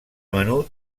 menut